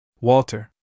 Walter